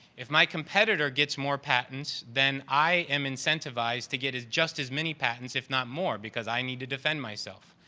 if my competitor gets more patents, then i am incentivized to get as just as many patents if not more because i need to defend myself.